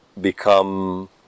become